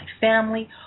family